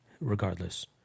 regardless